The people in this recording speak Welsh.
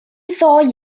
ddoi